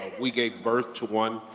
we gave birth to one,